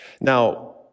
Now